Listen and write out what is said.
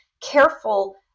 careful